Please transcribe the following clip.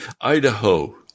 Idaho